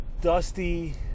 dusty